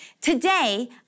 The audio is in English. Today